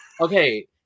Okay